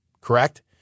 correct